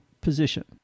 position